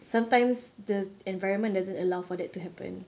sometimes the environment doesn't allow for that to happen